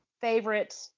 favorite